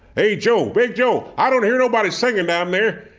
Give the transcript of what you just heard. hey, joe. big joe. i don't hear nobody singing down there.